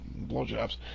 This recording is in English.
blowjobs